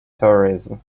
tourism